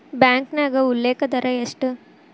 ಬ್ಯಾಂಕ್ನ್ಯಾಗ ಉಲ್ಲೇಖ ದರ ಎಷ್ಟ